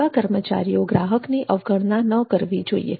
સેવા કર્મચારીઓ ગ્રાહકની અવગણના ન કરવી જોઈએ